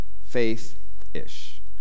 Faith-ish